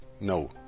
No